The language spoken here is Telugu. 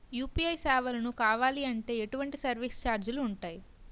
యు.పి.ఐ సేవలను కావాలి అంటే ఎటువంటి సర్విస్ ఛార్జీలు ఉంటాయి?